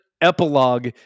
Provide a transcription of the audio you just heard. epilogue